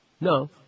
No